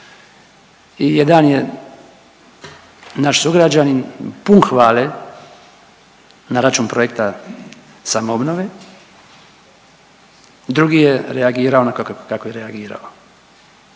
i jedan je naš sugrađanin pun hvale na račun projekta samoobnove, drugi je reagirao onako kako je reagirao.